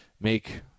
make –